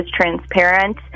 transparent